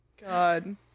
god